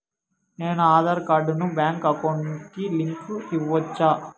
నేను నా ఆధార్ కార్డును బ్యాంకు అకౌంట్ కి లింకు ఇవ్వొచ్చా?